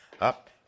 up